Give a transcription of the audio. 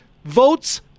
votes